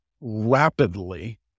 rapidly